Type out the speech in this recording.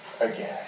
again